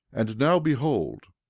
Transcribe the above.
and now behold,